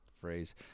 phrase